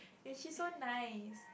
and she's so nice